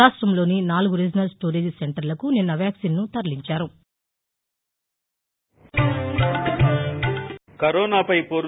రాష్ట్రంలోని నాలుగు regional storage సెంటర్లకు నిన్న వ్యాక్సిన్ను తరలించారు